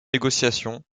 négociations